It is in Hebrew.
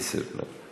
עשר שניות.